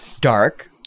dark